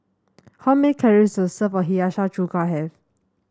how many calories does a serve of Hiyashi Chuka have